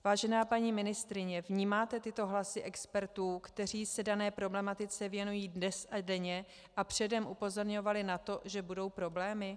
Vážená paní ministryně, vnímáte tyto hlasy expertů, kteří se dané problematice věnují dnes a denně a předem upozorňovali na to, že budou problémy?